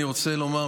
אני רוצה לומר,